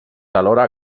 alhora